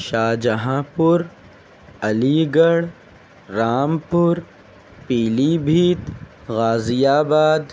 شاہجہاں پور علیگڑھ رامپور پیلی بھیت غازی آباد